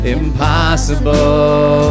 impossible